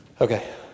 Okay